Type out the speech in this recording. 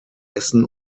essen